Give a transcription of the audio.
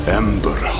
ember